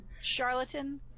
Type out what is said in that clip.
charlatan